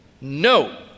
no